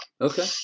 Okay